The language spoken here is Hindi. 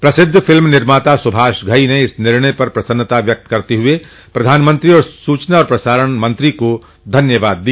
प्रसिद्ध फिल्म निर्माता सुभाष घई ने इस निर्णय पर प्रसन्नता व्यक्त करते हुए प्रधानमंत्री और सूचना और प्रसारण मंत्री को धन्यवाद दिया